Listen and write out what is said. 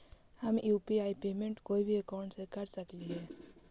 हम UPI payment कोई भी अकाउंट से कर सकली हे?